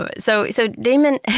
but so so damon,